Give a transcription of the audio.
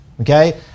Okay